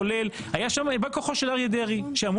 כולל שהיה שם בא כוחו של אריה דרעי שאמור